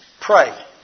Pray